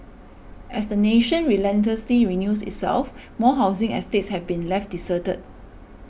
as the nation relentlessly renews itself more housing estates have been left deserted